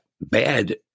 bad